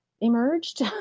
emerged